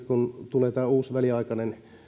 kun nyt tulee tämä uusi väliaikainen